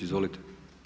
Izvolite.